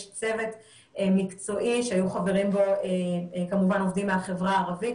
צוות מקצועי שהיו חברים בו כמובן עובדים מהחברה הערבית,